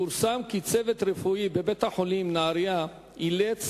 פורסם כי צוות רפואי בבית-החולים בנהרייה אילץ